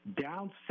down